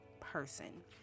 person